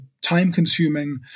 time-consuming